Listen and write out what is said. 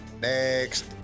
Next